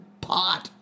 pot